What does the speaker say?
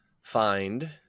find